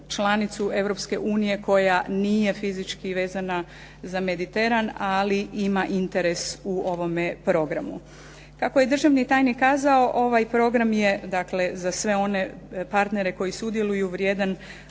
članicu Europske unije koja nije fizički vezana za Mediteran, ali ima interes u ovome programu. Kako je državni tajnik kazao ovaj program je za sve one partnere koji sudjeluju vrijedan